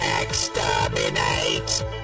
Exterminate